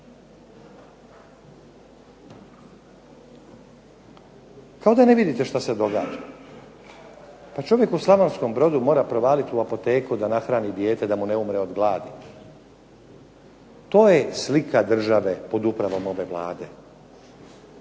Kao da ne vidite što se događa. Pa čovjek u Slavonskom Brodu mora provaliti u apoteku da nahrani dijete da mu ne umre od gladi. To je slika države pod upravom ove Vlade.